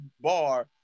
bar